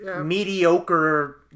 mediocre